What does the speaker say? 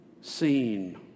seen